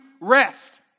rest